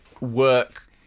work